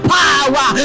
power